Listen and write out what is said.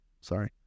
Sorry